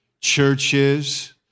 churches